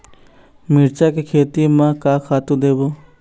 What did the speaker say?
मिरचा के खेती म का खातू देबो?